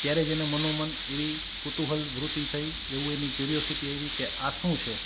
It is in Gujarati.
ત્યારે જ એને મનોમન એવી કુતુહલ વૃત્તિ થઈ એવું એની ક્યુરોસીટી આવી કે આ શું છે